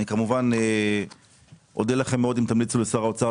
אני כמובן אודה לכם מאוד אם תמליצו לשר האוצר